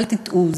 אל תטעו,